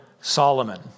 Solomon